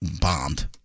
bombed